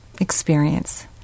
experience